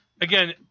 again